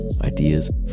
ideas